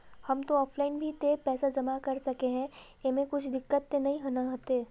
हम ते ऑफलाइन भी ते पैसा जमा कर सके है ऐमे कुछ दिक्कत ते नय न होते?